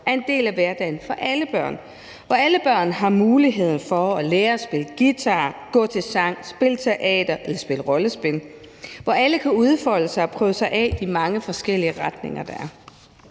er en del af hverdagen for alle børn, hvor alle børn har mulighed for at lære at spille guitar, gå til sang, spille teater eller rollespil, og hvor alle kan udfolde sig og prøve sig af i de mange forskellige retninger, der er.